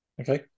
Okay